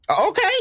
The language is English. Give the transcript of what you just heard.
okay